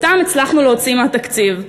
אותם הצלחנו להוציא מהתקציב.